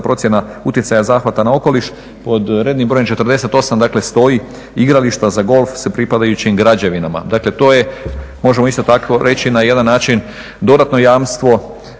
procjena utjecaja zahvata nad okoliš pod rednim brojem 48 stoji igrališta za golf sa pripadajućim građevinama. Dakle to je možemo isto tako reći na jedan način dodatno jamstvo